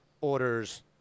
orders